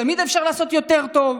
תמיד אפשר לעשות יותר טוב,